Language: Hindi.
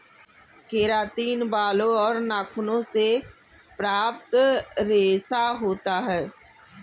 केरातिन बालों और नाखूनों से प्राप्त रेशा होता है